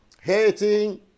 hating